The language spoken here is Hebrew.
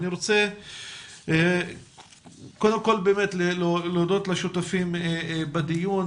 אני רוצה קודם כל באמת להודות לשותפים בדיון,